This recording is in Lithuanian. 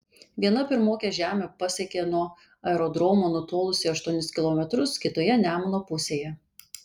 viena pirmokė žemę pasiekė nuo aerodromo nutolusi aštuonis kilometrus kitoje nemuno pusėje